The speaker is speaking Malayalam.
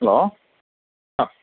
ഹലോ ആ